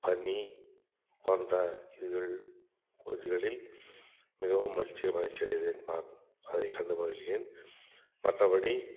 பனி போன்ற இதுகள் பகுதிகளில் மிகவும் மகிழ்ச்சி மகிழ்ச்சியடைவேன் நான் அதை கண்டு மகிழ்கிறேன் மற்றபடி